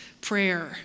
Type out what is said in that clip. Prayer